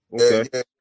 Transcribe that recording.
Okay